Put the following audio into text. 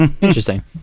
Interesting